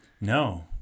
No